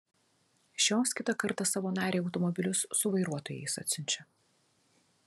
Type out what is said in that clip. šios kitą kartą savo narei automobilius su vairuotojais atsiunčia